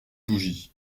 bougie